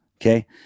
Okay